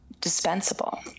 dispensable